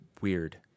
weird